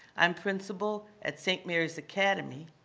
i'm principal at st. mary's academy,